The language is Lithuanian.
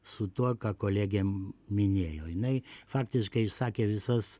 su tuo ką kolegėm minėjo jinai faktiškai išsakė visas